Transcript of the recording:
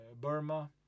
Burma